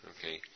Okay